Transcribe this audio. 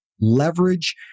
leverage